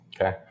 Okay